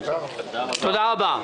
תודה רבה.